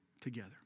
together